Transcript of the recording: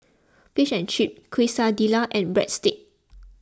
Fish and Chips Quesadillas and Breadsticks